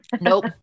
nope